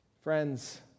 Friends